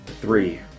Three